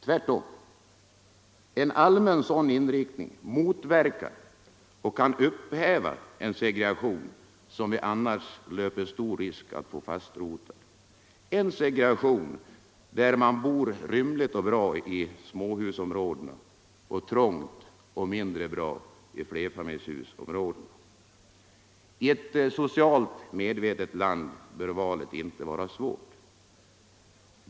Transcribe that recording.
Tvärtom, en allmän sådan inriktning motverkar och kan upphäva en segregation som vi annars löper stor risk att få fastrotad, en segregation där man bor rymligt och bra i småhusområdena och trångt och mindre bra i flerfamiljshusområdena. I ett socialt medvetet land bör valet inte vara svårt.